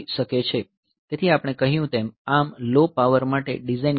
તેથી આપણે કહ્યું તેમ ARM લો પાવર માટે ડિઝાઇન કરેલ છે